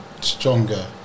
Stronger